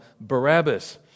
Barabbas